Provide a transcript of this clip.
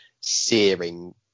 searing